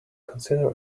consider